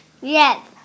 Yes